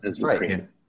Right